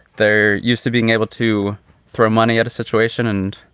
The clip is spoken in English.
there used to being able to throw money at a situation and,